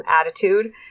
attitude